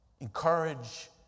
encourage